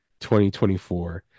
2024